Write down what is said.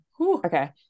okay